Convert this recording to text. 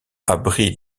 abris